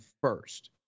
first